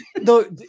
No